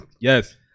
Yes